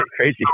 crazy